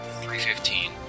3:15